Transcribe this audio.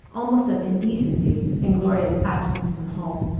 almost of indecency, in gloria's absence from home.